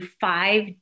five